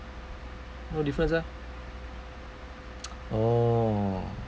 no difference ah orh